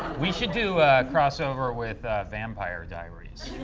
we should do a crossover with vampire diaries.